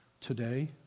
Today